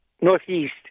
Northeast